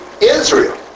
Israel